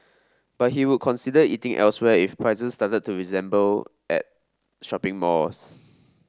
but he would consider eating elsewhere if prices started to resemble at shopping malls